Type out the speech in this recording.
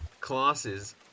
classes